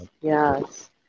Yes